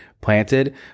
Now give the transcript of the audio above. planted